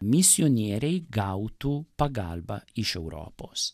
misionieriai gautų pagalbą iš europos